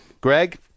Greg